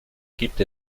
gibt